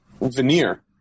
veneer